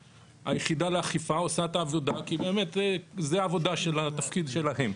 היחידה לאכיפה עושה את האכיפה כי באמת זאת העבודה שלהם והתפקיד שלהם,